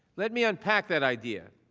let me unpack that idea.